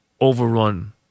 overrun